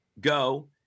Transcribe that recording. go